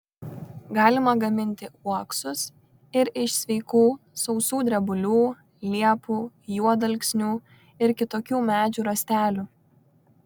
galima gaminti uoksus ir iš sveikų sausų drebulių liepų juodalksnių ir kitokių medžių rąstelių